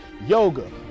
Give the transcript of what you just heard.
yoga